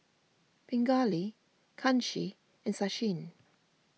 Pingali Kanshi and Sachin